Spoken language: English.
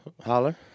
Holler